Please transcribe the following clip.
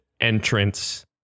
entrance